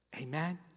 Amen